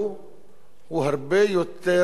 הוא הרבה יותר קיצוני